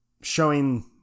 showing